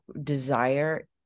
desire